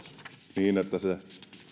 niin että se